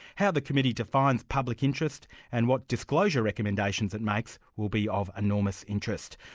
how the committee defines public interest and what disclosure recommendations it makes will be of enormous interest.